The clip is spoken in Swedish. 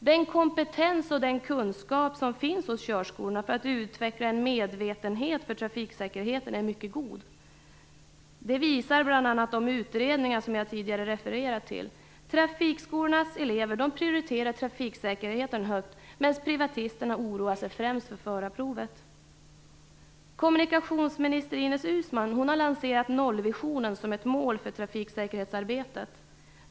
Den kompetens och kunskap som finns hos körskolorna för att utveckla en medvetenhet för trafiksäkerheten är mycket god. Det visar bl.a. de undersökningar jag tidigare refererade till. Trafikskolornas elever prioriterar trafiksäkerheten högt, medan privatisterna främst oroar sig för förarprovet. Kommunikationsminister Ines Uusmann har lanserat "nollvisionen" som ett mål för trafiksäkerhetsarbetet.